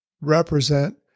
represent